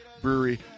Brewery